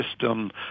system